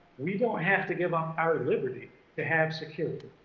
we don't have to give up our liberty to have security.